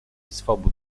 swobód